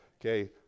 Okay